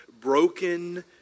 broken